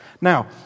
Now